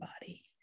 body